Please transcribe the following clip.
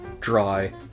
dry